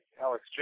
Alex